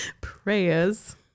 Prayers